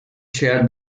share